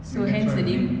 so that's why the name